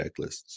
checklists